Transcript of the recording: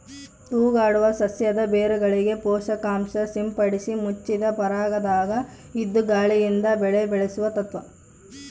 ತೂಗಾಡುವ ಸಸ್ಯದ ಬೇರುಗಳಿಗೆ ಪೋಷಕಾಂಶ ಸಿಂಪಡಿಸಿ ಮುಚ್ಚಿದ ಪರಿಸರದಾಗ ಇದ್ದು ಗಾಳಿಯಿಂದ ಬೆಳೆ ಬೆಳೆಸುವ ತತ್ವ